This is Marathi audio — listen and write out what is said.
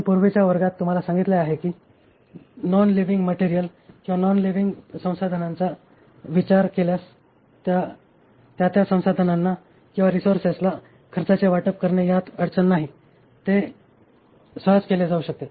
मी पूर्वीच्या वर्गात तुम्हाला सांगितले आहे की नॉनलिविंग मटेरियल किंवा नॉनलिविंग संसाधनांचा विचार केल्यास त्या त्या संसाधनांना किंवा रिसोर्सेसला खर्चाचे वाटप करणे यात अडचण नाही ते सहज केले जाऊ शकते